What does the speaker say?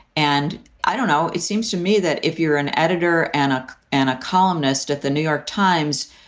and i don't know. it seems to me that if you're an editor anarch and a columnist at the new york times,